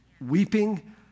Weeping